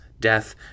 death